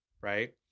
right